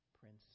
Prince